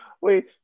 Wait